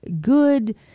good